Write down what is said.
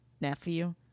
nephew